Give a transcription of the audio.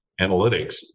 analytics